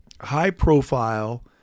high-profile